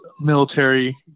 military